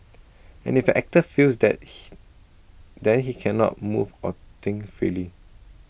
and if an actor feels that he then he cannot move or think freely